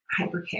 hypercare